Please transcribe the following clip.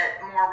more